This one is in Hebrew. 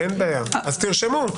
אז תרשמו,